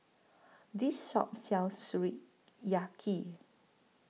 This Shop sells Sukiyaki